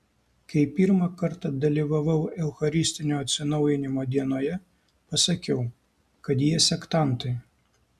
kai pirmą kartą dalyvavau eucharistinio atsinaujinimo dienoje pasakiau kad jie sektantai